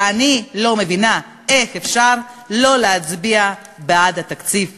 אני לא מבינה איך אפשר שלא להצביע בעד תקציב כזה.